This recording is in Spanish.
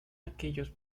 aquellos